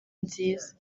nziza